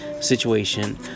situation